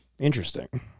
interesting